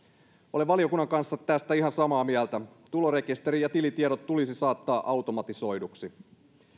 olen valiokunnan kanssa tästä ihan samaa mieltä tulorekisteri ja tilitiedot tulisi saattaa automatisoiduksi